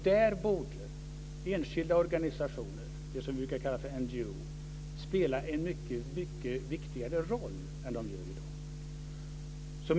Där borde enskilda organisationer - det som brukar kallas för NGO:er - spela en mycket viktigare roll än de gör i dag.